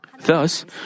Thus